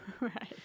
Right